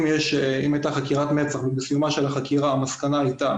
אם הייתה חקירת מצ"ח ובסיומה של החקירה המסקנה הייתה